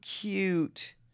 cute